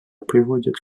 приводят